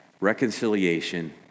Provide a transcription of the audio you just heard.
reconciliation